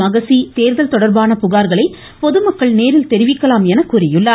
மகசி தேர்தல் தொடர்பான புகார்களை பொதுமக்கள் நேரில் தெரிவிக்கலாம் என கூறியுள்ளார்